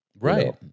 Right